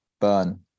burn